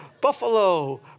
Buffalo